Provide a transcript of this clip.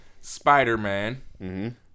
Spider-Man